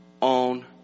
on